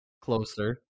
Closer